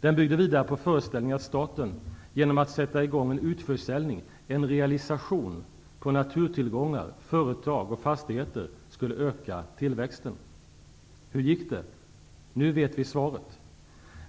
Den byggde vidare på föreställningen att staten genom att sätta i gång en utförsäljning, en realisation, av naturtillgångar, företag och fastigheter skulle öka tillväxten. Hur gick det? Nu vet vi svaret: